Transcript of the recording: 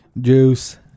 juice